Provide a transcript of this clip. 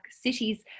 cities